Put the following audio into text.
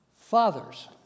Fathers